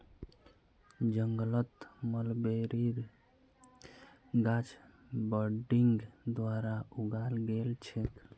जंगलत मलबेरीर गाछ बडिंग द्वारा उगाल गेल छेक